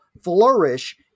flourish